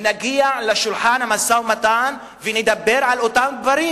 נגיע לשולחן המשא-ומתן ונדבר על אותם דברים,